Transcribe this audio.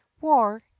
war